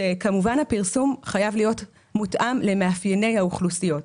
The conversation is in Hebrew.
שכמובן הפרסום חייב להיות מותאם למאפייני האוכלוסיות.